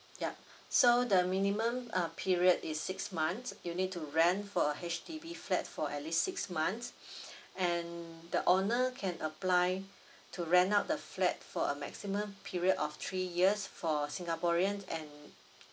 yup so the minimum uh period is six months you'll need to rent for a H_D_B flat for at least six months and the owner can apply to rent out the flat for a maximum period of three years for singaporean and